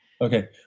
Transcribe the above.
Okay